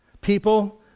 People